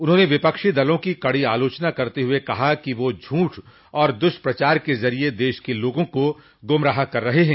उन्होंने विपक्षी दलों की कड़ी आलोचना करते हुए कहा कि वे झूठ और दुष्प्रचार के जरिए देश के लोगों को गुमराह कर रहे हैं